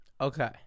Okay